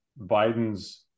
Biden's